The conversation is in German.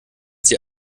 sie